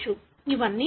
ఇవన్నీ సాధ్యమే